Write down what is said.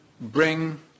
bring